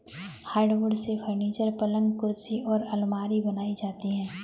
hardwood से furniture, पलंग कुर्सी और आलमारी बनाई जाती है